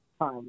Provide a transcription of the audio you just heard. time